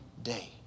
day